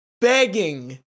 begging